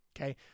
Okay